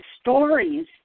stories